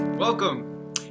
welcome